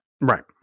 Right